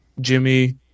Jimmy